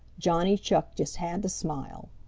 johnny chuck just had to smile.